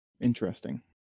Interesting